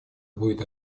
будет